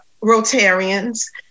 Rotarians